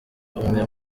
umwe